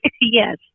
yes